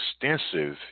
extensive